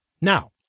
Now